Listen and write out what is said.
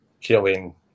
killing